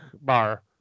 bar